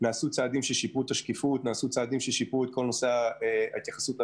נעשו צעדים ששיפרו את השקיפות ואת ההתייחסות לרזרבה.